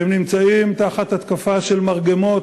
שנמצאים תחת התקפה של מרגמות,